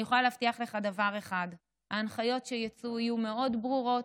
אני יכולה להבטיח לך דבר אחד: ההנחיות שיצאו יהיו מאוד ברורות,